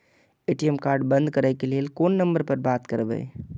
ATM card बंद करे के लेल कोन नंबर पर बात करबे?